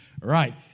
Right